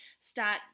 start